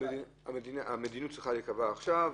המדיניות צריכה להיקבע עכשיו.